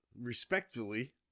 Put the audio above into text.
respectfully